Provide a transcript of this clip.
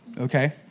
okay